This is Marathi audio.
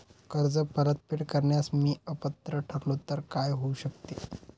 कर्ज परतफेड करण्यास मी अपात्र ठरलो तर काय होऊ शकते?